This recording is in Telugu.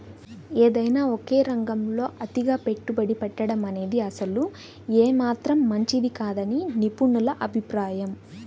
ఏదైనా ఒకే రంగంలో అతిగా పెట్టుబడి పెట్టడమనేది అసలు ఏమాత్రం మంచిది కాదని నిపుణుల అభిప్రాయం